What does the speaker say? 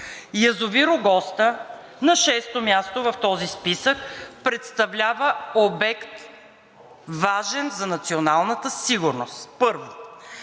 Язовир „Огоста“ – на шесто място в този списък, представлява обект, важен за националната сигурност, първо.